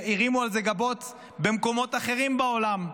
והרימו על זה גבות במקומות אחרים בעולם.